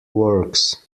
works